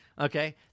okay